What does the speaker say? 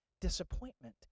disappointment